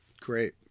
Great